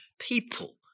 people